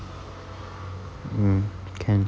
mm can